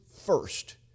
first